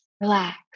relax